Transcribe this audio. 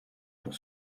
pour